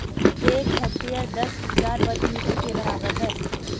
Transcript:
एक हेक्टेयर दस हजार वर्ग मीटर के बराबर है